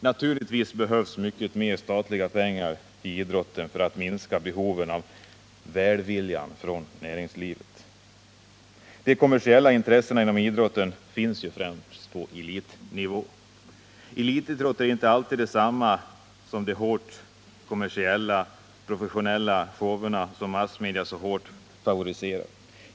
Naturligtvis behövs mycket mer statliga pengar i idrotten för att minska behovet av ”välvilja” från näringslivet. De kommersiella intressena inom idrotten finns främst på elitnivå. Elitidrott är inte alltid detsamma som de hårt kommersialiserade professionella shower som massmedia så hårt favoriserar.